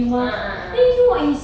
ah ah ah